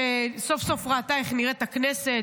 שסוף-סוף ראתה איך נראית הכנסת.